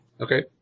Okay